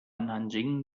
nanjing